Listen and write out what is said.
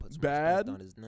Bad